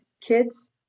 kids